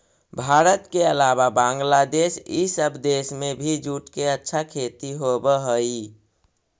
भारत के अलावा बंग्लादेश इ सब देश में भी जूट के अच्छा खेती होवऽ हई